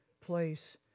place